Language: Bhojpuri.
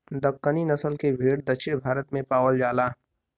दक्कनी नसल के भेड़ दक्षिण भारत में पावल जाला